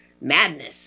madness